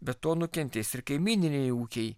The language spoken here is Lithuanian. be to nukentės ir kaimyniniai ūkiai